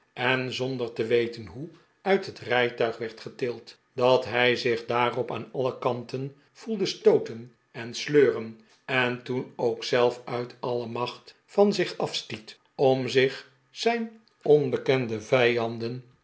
en zonder te weten hoe uit het rijtuig werd getild dat hij zich daarop aan alle kanten voelde stooten en sleuren en toen'ook zelf uit alle macht van zich afstiet om zich zijn onbekende vijanden